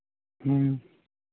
ह्म्म